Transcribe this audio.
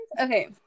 Okay